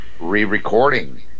re-recording